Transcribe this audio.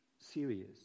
serious